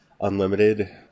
Unlimited